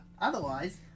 Otherwise